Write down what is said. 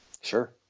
Sure